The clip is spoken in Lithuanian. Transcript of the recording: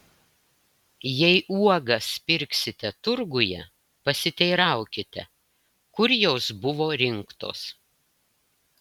jei uogas pirksite turguje pasiteiraukite kur jos buvo rinktos